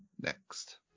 next